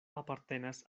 apartenas